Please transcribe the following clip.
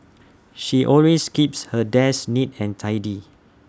she always keeps her desk neat and tidy